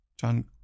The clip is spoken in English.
John